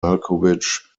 malkovich